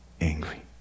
angry